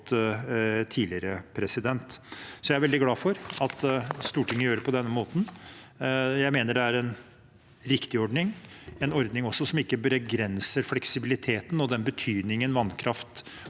godt tidligere. Jeg er veldig glad for at Stortinget gjør det på denne måten. Jeg mener det er en riktig ordning – en ordning som ikke begrenser fleksibiliteten og den betydningen magasinert